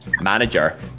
manager